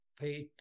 paid